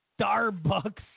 Starbucks